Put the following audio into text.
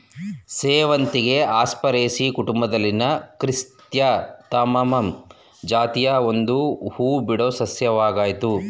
ಸೇವಂತಿಗೆ ಆಸ್ಟರೇಸಿಯಿ ಕುಟುಂಬದಲ್ಲಿನ ಕ್ರಿಸ್ಯಾಂಥಮಮ್ ಜಾತಿಯ ಒಂದು ಹೂಬಿಡೋ ಸಸ್ಯವಾಗಯ್ತೆ